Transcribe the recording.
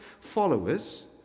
followers